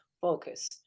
focus